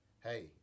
hey